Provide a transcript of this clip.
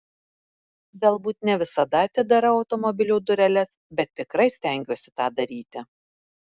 galbūt ne visada atidarau automobilio dureles bet tikrai stengiuosi tą daryti